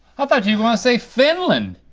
ah thought you were gonna say finland.